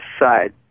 side